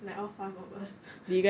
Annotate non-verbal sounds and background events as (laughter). like all five of us (laughs)